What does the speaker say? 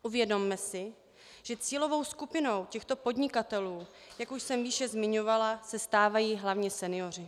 Uvědomme si, že cílovou skupinou těchto podnikatelů, jak už jsem výše zmiňovala, se stávají hlavně senioři.